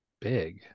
big